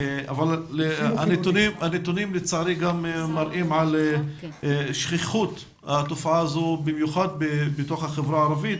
אבל הנתונים לצערי מראים על שכיחות התופעה הזו במיוחד בחברה הערבית.